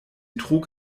trug